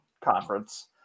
conference